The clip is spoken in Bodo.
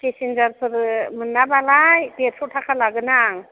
फेसेनजारफोर मोनाबालाय देरस' थाखा लागोन आं